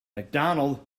macdonald